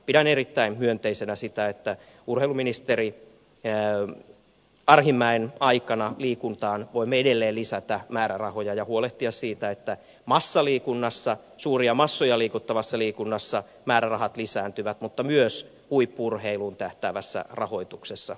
pidän erittäin myönteisenä sitä että urheiluministeri arhinmäen aikana liikuntaan voimme edelleen lisätä määrärahoja ja huolehtia siitä että massaliikunnassa suuria massoja liikuttavassa liikunnassa määrärahat lisääntyvät mutta myös huippu urheiluun tähtäävässä rahoituksessa